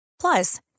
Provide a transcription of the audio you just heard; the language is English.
Plus